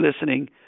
listening